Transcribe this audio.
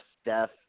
Steph